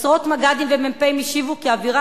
עשרות מג"דים ומ"פים השיבו כי האווירה